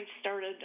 started